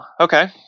okay